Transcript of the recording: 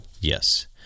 yes